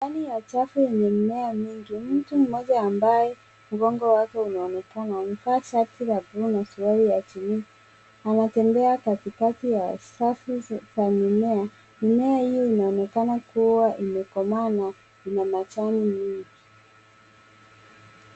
Ndani ya chafu yenye mimea mingi. Mtu mmoja ambaye mgongo wake unaonekana amevaa shati la buluu na suruali ya jini. Anatembea katikati ya safu za mimea. Mimea hii inaonekana kuwa imekomaa na ina matawi nyingi.